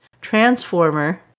transformer